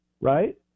Right